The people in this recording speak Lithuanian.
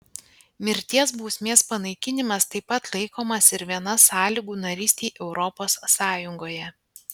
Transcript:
mirties bausmės panaikinimas taip pat laikomas ir viena sąlygų narystei europos sąjungoje